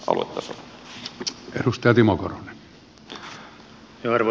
arvoisa puhemies